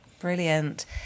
Brilliant